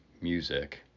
music